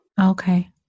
okay